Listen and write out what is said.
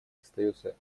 остается